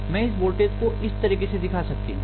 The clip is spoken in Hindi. मैं इस वोल्टेज को इस तरीके से दिखा सकती हूं